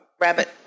rabbit